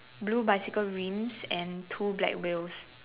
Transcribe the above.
blue bicycle rims and two black wheels